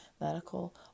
medical